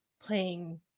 playing